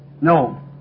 No